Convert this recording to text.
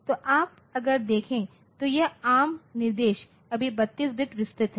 तो आप अगर देखें तो यह एआरएम निर्देश सभी 32 बिट विस्तृत हैं